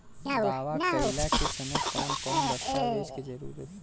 दावा कईला के समय कौन कौन दस्तावेज़ के जरूरत बा?